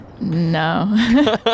No